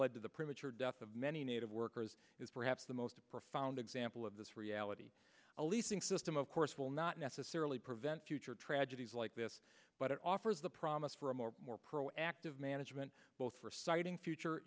led to the premature death of many native workers is perhaps the most profound example of this reality a leasing system of course will not necessarily prevent future tragedies like this but it offers the promise for a more more proactive management both for siting future